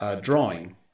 drawing